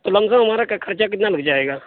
تو lump sum کا خرچہ کتنا لگ جائے گا